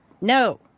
No